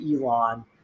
Elon